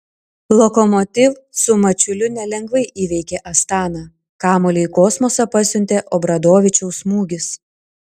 lokomotiv su mačiuliu nelengvai įveikė astaną kamuolį į kosmosą pasiuntė obradovičiaus smūgis